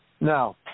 Now